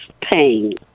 pain